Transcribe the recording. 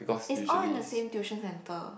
is all in the same tuition center